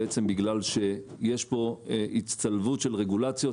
בגלל שיש פה הצטלבות של רגולציות,